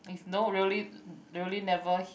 if no really really never hit